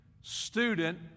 student